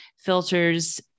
filters